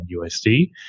USD